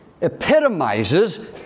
epitomizes